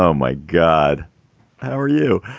um my god, how are you?